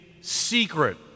secret